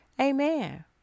Amen